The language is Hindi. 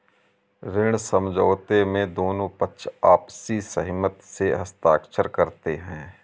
ऋण समझौते में दोनों पक्ष आपसी सहमति से हस्ताक्षर करते हैं